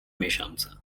miesiąca